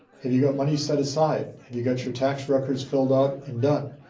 have you got money set aside? have you got your tax records filled out and done?